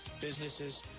businesses